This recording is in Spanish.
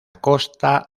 costa